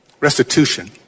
restitution